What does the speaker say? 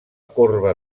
corba